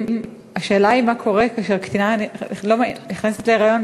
השאלה היא מה קורה כאשר קטינה נכנסת להיריון